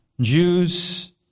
Jews